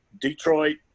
Detroit